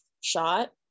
shot